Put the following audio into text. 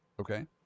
Okay